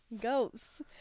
Ghosts